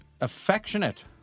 Affectionate